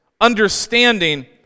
understanding